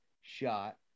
shot